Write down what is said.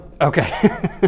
Okay